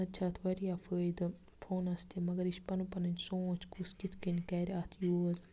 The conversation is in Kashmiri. تَتہِ چھِ اَتھ واریاہ فٲیدٕ فونَس تہِ مگر یہِ چھِ پَنُن پَنٕنۍ سونٛچ کُس کِتھ کٔنۍ کَرِ اَتھ یوٗز